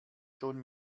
schon